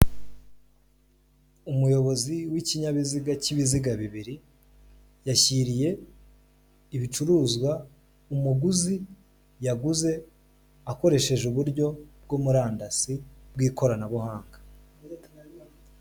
Umuyobozi w'ikinyabiziga cy'ibiziga bibiri yashyiriye ibicuruzwa umuguzi yaguze akoresheje uburyo bwo murandasi bw'ikoranabuhanga.